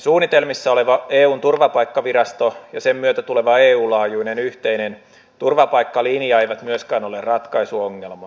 suunnitelmissa oleva eun turvapaikkavirasto ja sen myötä tuleva eu laajuinen yhteinen turvapaikkalinja eivät myöskään ole ratkaisu ongelmaan